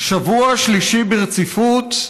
שבוע שלישי ברציפות,